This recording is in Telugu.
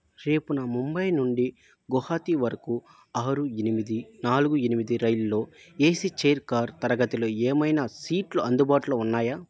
రేపు ముంబై నుండి గౌహతి వరకు ఆరు ఎనిమిది నాలుగు ఎనిమిది రైలులో ఏసీ చైర్ కార్ తరగతిలో ఏమైనా సీట్లు అందుబాటులో ఉన్నాయా